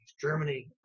Germany